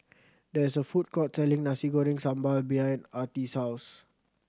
there is a food court selling Nasi Goreng Sambal behind Artie's house